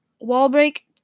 wall-break